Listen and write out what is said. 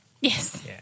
Yes